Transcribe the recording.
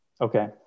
Okay